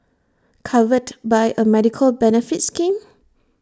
covered by A medical benefits scheme